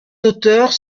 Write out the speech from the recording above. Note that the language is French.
auteurs